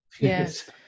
Yes